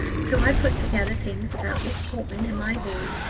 so i put together things about miss portman and my lord,